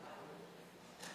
לכן,